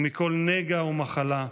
ומכל נגע ומחלה,